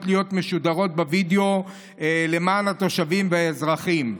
להיות משודרות בווידיאו למען התושבים והאזרחים.